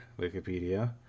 Wikipedia